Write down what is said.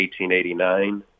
1889